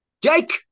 Jake